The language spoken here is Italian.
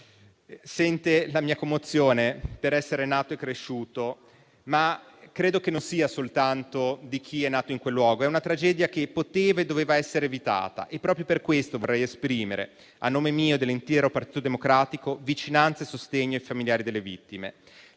sente la mia commozione, per essere nato e cresciuto in quel luogo, ma credo che non sia soltanto di chi è nato lì. È una tragedia che poteva e doveva essere evitata. Proprio per questo vorrei esprimere, a nome mio e dell'intero Partito Democratico, vicinanza e sostegno ai familiari delle vittime,